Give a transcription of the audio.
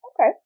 Okay